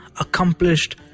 accomplished